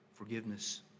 Forgiveness